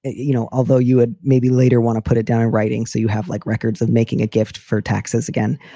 you know, although you would maybe later want to put it down in writing. so you have like records of making a gift for taxes. again,